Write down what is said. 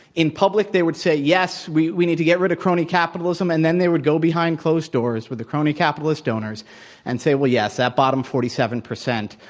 in public, they would say, yes, we we need to get rid of crony capitalism and then they would go behind closed doors with the crony capitalist donors and say, well, yes, that bottom forty seven percent,